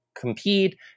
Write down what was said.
compete